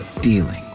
dealing